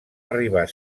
arribar